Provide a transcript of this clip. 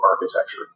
architecture